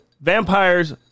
Vampires